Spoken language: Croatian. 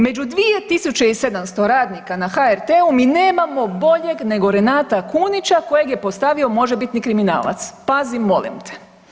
Među 2.700 radnika na HRT-u mi nemamo boljeg nego Renata Kunića kojeg je postavio možebitni kriminalac pazi molim te.